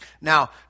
Now